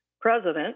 president